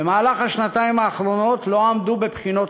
במהלך השנתיים האחרונות לא עמדו בבחינות